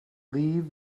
leave